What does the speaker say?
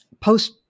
post-